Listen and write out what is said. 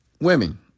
women